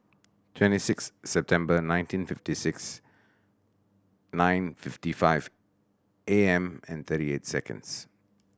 twenty six September nineteen fifty six nine fifty five A M and thirty eight seconds